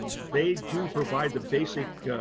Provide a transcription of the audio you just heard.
they do provide the basic